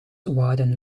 waren